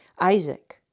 Isaac